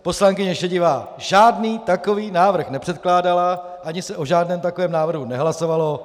Poslankyně Šedivá žádný takový návrh nepředkládala ani se o žádném takovém návrhu nehlasovalo.